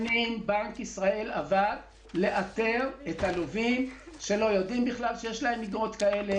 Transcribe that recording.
שנים בנק ישראל עבד לאתר את הלווים שלא יודעים בכלל שיש להם אגרות כאלה.